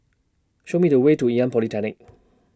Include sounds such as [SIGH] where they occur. Show Me The Way to Ngee Ann Polytechnic [NOISE]